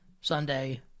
Sunday